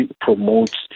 promotes